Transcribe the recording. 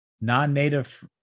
non-native